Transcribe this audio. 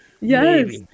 Yes